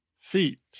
Feet